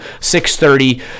6.30